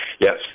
Yes